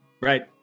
Right